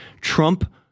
trump